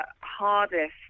hardest